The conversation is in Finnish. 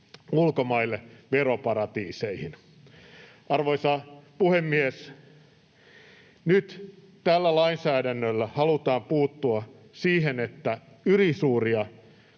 ulkomaille veroparatiiseihin. Arvoisa puhemies! Nyt tällä lainsäädännöllä halutaan puuttua siihen, ettei